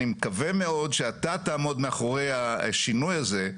אני מקווה מאוד שאתה תעמוד מאחורי השינוי הזה,